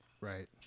Right